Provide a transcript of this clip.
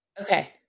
Okay